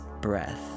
breath